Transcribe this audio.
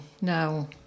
no